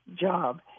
job